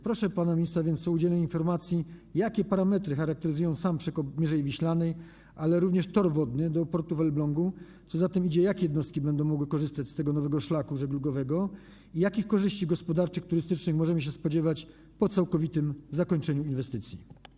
Proszę więc pana ministra o udzielenie informacji, jakie parametry charakteryzują sam przekop Mierzei Wiślanej, ale również tor wodny do portu w Elblągu, a co za tym idzie, jakie jednostki będą mogły korzystać z tego nowego szlaku żeglugowego i jakich korzyści gospodarczych, turystycznych możemy się spodziewać po całkowitym zakończeniu inwestycji.